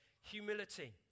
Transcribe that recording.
humility